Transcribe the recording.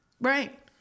right